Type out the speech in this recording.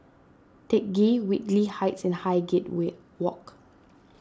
Teck Ghee Whitley Heights and Highgate Walk